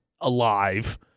alive